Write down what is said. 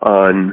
on